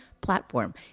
platform